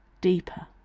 deeper